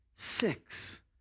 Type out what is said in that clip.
Six